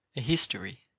a history,